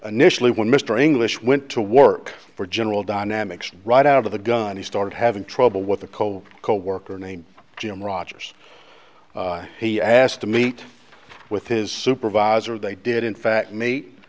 issue when mr english went to work for general dynamics right out of the gun he started having trouble with the co co worker named jim rogers he asked to meet with his supervisor they did in fact mat